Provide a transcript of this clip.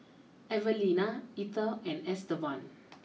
Evelina Ether and Estevan